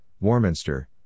Warminster